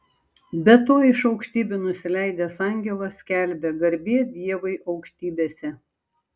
be to iš aukštybių nusileidęs angelas skelbia garbė dievui aukštybėse